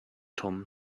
tom